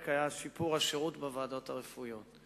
היה שיפור השירות בוועדות הרפואיות,